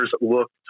look